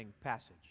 passage